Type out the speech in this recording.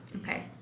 Okay